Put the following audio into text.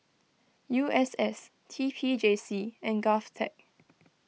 U S S T P J C and Govtech